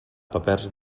papers